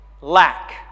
lack